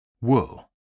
wool